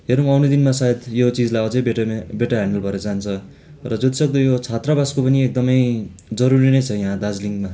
हेरौँ आउने दिनमा सायद यो चिजलाई अझै बेट्टर बेट्टर हेन्डल भएर जान्छ र जति सक्दो यो छात्रवासको पनि एकदमै जरुरी नै छ यहाँ दार्जिलिङमा